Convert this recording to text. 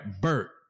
Bert